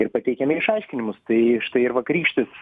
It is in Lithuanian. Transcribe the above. ir pateikiame išaiškinimus tai štai ir vakarykštis